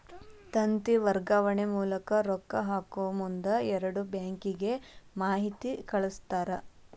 ತಂತಿ ವರ್ಗಾವಣೆ ಮೂಲಕ ರೊಕ್ಕಾ ಹಾಕಮುಂದ ಎರಡು ಬ್ಯಾಂಕಿಗೆ ಮಾಹಿತಿ ಕಳಸ್ತಾರ